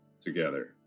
together